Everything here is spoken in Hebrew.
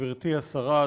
גברתי השרה,